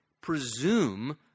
presume